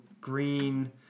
green